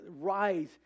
rise